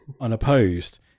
unopposed